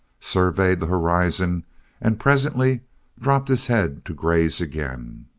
surveyed the horizon and presently dropped his head to graze again.